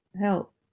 help